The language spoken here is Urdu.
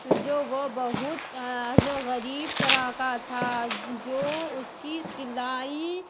جو وہ بہت عجیب و غریب طرح کا تھا جو اس کی سلائی